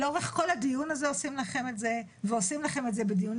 לאורך כל הדיון עושים לכם את זה ועושים לכם את זה בדיונים